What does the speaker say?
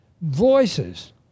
voices